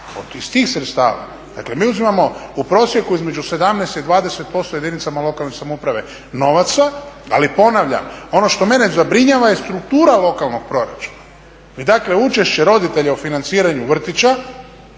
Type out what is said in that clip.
iz tih sredstava. Dakle, mi uzimamo u prosjeku između 17 i 20% jedinicama lokalne samouprave novaca. Ali ponavljam, ono što mene zabrinjava je struktura lokalnog proračuna. Vi dakle učešće roditelja u financiranju vrtića,